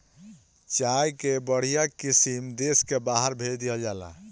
चाय कअ बढ़िया किसिम देस से बहरा भेज देहल जाला